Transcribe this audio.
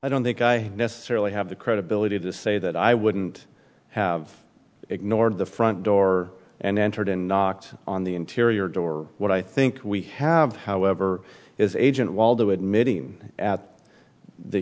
i don't think i necessarily have the credibility to say that i wouldn't have ignored the front door and entered and knocked on the interior door what i think we have however is agent waldo admitting at the